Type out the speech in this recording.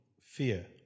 fear